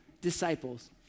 Disciples